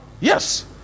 Yes